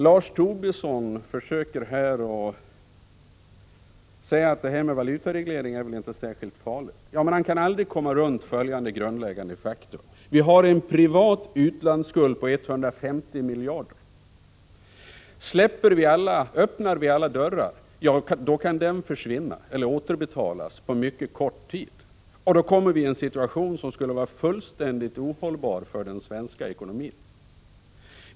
Lars Tobisson försöker säga att en valutareglering inte är särskilt farlig. Men han kan aldrig komma runt följande grundläggande faktum. Vi har en privat utlandsskuld på 150 miljarder. Öppnar vi alla dörrar kan den återbetalas på mycket kort tid. Då hamnar vi i en situation som skulle vara fullständigt ohållbar för den svenska ekonomin.